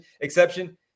exception